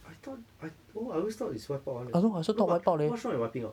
I thought I oh I always thought is wipe out [one] leh no but what's wrong with wiping out